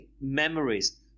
memories